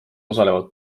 osalevad